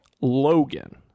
Logan